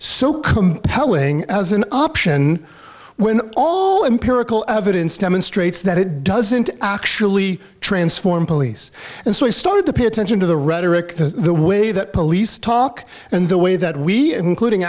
so compelling as an option when all empirical evidence demonstrates that it doesn't actually transform police and so we started to pay attention to the rhetoric the way that police talk and the way that we and including